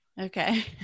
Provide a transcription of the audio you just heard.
Okay